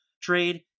trade